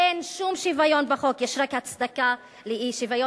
אין שום שוויון בחוק, יש רק הצדקה לאי-שוויון.